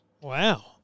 Wow